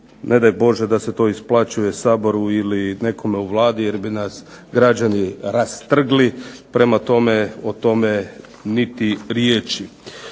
Ne daj Bože da se to isplaćuje Saboru ili nekome u Vladi jer bi nas građani rastrgli. Prema tome, o tome niti riječi.